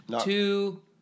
two